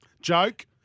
Joke